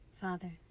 Father